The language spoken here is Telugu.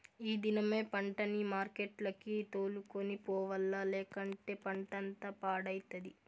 ఈ దినమే పంటని మార్కెట్లకి తోలుకొని పోవాల్ల, లేకంటే పంటంతా పాడైతది